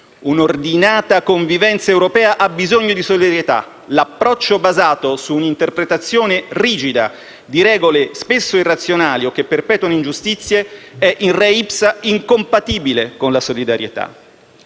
Un'ordinata convivenza europea ha bisogno di solidarietà: l'approccio basato su un'interpretazione rigida di regole spesso irrazionali, o che perpetuano ingiustizie è *in re ipsa* incompatibile con la solidarietà.